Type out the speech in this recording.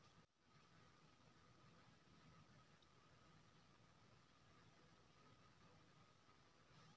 nominal APR interest rate होइ छै जे करजा लेला पर गांहिकी सँ लेल जाइ छै